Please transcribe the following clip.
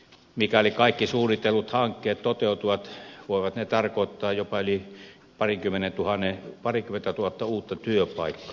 mikäli kaikki suunnitellut hankkeet toteutuvat voivat ne tarkoittaa jopa yli pariakymmentätuhatta uutta työpaikkaa